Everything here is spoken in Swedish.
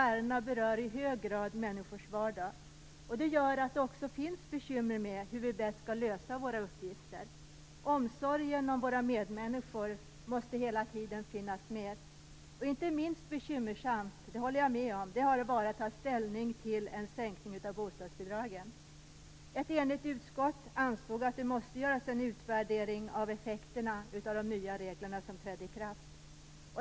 Ärendena berör i hög grad människors vardag. Det gör att det också finns bekymmer när det gäller hur vi bäst skall lösa våra uppgifter. Omsorgen om våra medmänniskor måste hela tiden finnas med. Jag håller med om att det inte minst har varit bekymmersamt att ta ställning till en sänkning av bostadsbidragen. Ett enigt utskott ansåg att det måste göras en utvärdering av effekterna av de nya regler som trädde i kraft.